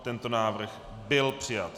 Tento návrh byl přijat.